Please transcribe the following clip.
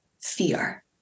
fear